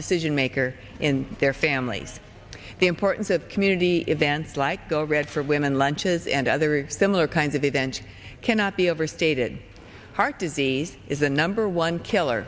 decision maker in their families the importance of community events like go red for women lunches and other similar kinds of event cannot be overstated heart disease is a number one killer